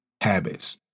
habits